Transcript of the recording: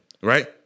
Right